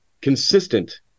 consistent